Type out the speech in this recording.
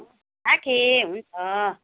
राखेँ हुन्छ